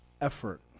effort